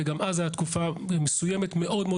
וגם אז הייתה תקופה מסוימת מאוד מאוד